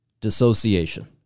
dissociation